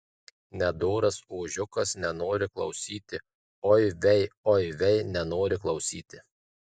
nedoras ožiukas nenori klausyti oi vei oi vei nenori klausyti